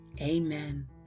amen